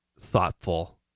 Thoughtful